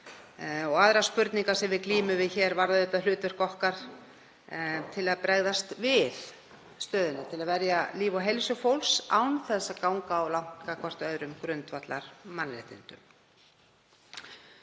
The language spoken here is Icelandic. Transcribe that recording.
Aðrar spurningar sem við glímum við hér varða það hlutverk okkar að bregðast við stöðunni og verja líf og heilsu fólks án þess að ganga of langt gagnvart öðrum grundvallarmannréttindum.